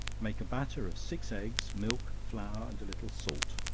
make a batter of six eggs, milk, flour and a little salt